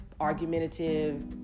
argumentative